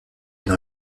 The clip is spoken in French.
une